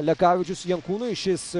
lekavičius jankūnui šis